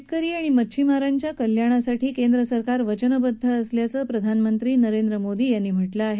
शेतकरी मध्छिमारांच्या कल्याणासाठी केंद्रसरकार वचनबद्ध असल्याचं प्रधानमंत्री नरेंद्र मोदी यांनी म्हटलं आहे